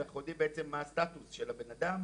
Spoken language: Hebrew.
אז אנחנו יודעים בעצם מה הסטטוס של הבן אדם,